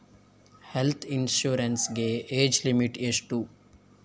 Health insurance ಗೆ age limit ಎಷ್ಟು?